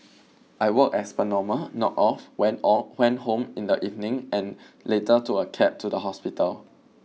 I worked as per normal knocked off went went home in the evening and later took a cab to the hospital